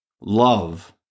Love